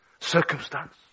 circumstance